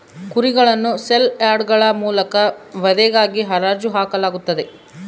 ಕುರಿಗಳನ್ನು ಸೇಲ್ ಯಾರ್ಡ್ಗಳ ಮೂಲಕ ವಧೆಗಾಗಿ ಹರಾಜು ಹಾಕಲಾಗುತ್ತದೆ